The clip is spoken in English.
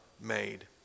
made